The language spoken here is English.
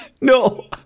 No